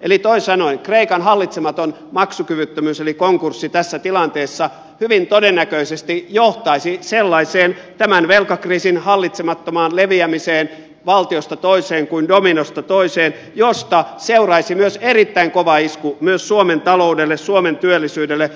eli toisin sanoen kreikan hallitsematon maksukyvyttömyys eli konkurssi tässä tilanteessa hyvin todennäköisesti johtaisi tämän velkakriisin sellaiseen hallitsemattomaan leviämiseen valtiosta toiseen kuin dominosta toiseen josta seuraisi myös erittäin kova isku suomen taloudelle suomen työllisyydelle